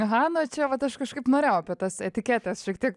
aha na čia vat aš kažkaip norėjau apie tas etiketes šiek tiek